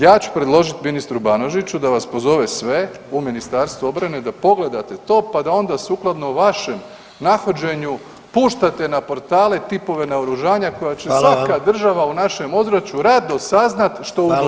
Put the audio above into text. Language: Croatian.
Ja ću predložiti ministru Banožiću da vas pozove sve u Ministarstvo obrane da pogledate to pa da onda sukladno vašem nahođenju puštate na portale tipove naoružanja koja će svaka [[Upadica predsjednik: Hvala vam.]] država u našem ozračju rado saznat što u ugovoru piše.